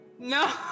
No